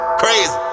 crazy